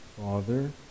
Father